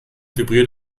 vibriert